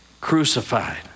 crucified